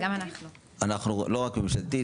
ממשלתית,